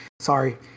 sorry